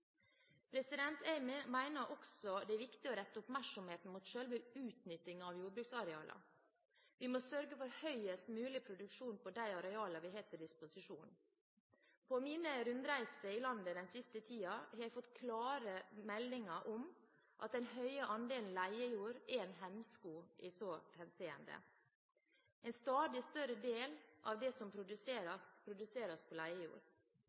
også det er viktig å rette oppmerksomheten mot selve utnyttingen av jordbruksarealene. Vi må sørge for høyest mulig produksjon på de arealene vi har til disposisjon. På mine rundreiser i landet den siste tiden har jeg fått klare meldinger om at den høye andelen leiejord er en hemsko i så henseende. En stadig større del av det som produseres, produseres på leiejord.